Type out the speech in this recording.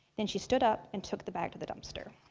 then she stood up, and took the bag to the dumpster.